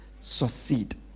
succeed